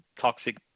toxic